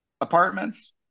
apartments